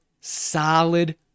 solid